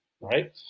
right